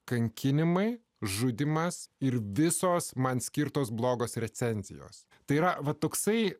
kankinimai žudymas ir visos man skirtos blogos recenzijos tai yra va toksai